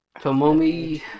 Tomomi